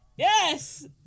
Yes